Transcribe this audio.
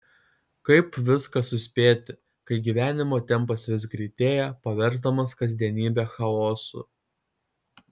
kaip viską suspėti kai gyvenimo tempas vis greitėja paversdamas kasdienybę chaosu